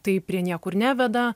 tai prie niekur neveda